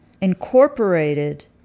incorporated